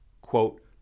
quote